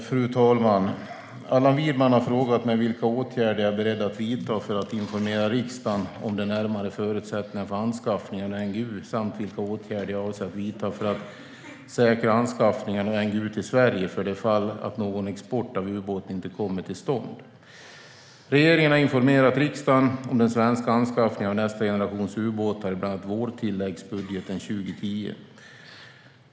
Fru talman! Allan Widman har frågat mig vilka åtgärder jag är beredd att vidta för att informera riksdagen om de närmare förutsättningarna för anskaffning av NGU samt vilka åtgärder jag avser att vidta för att säkra anskaffningen av NGU till Sverige för det fall att någon export av ubåten inte kommer till stånd. Regeringen har informerat riksdagen om den svenska anskaffningen av nästa generations ubåtar i bland annat vårtilläggsbudgeten 2010.